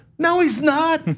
no, he's not.